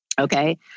Okay